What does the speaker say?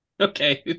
Okay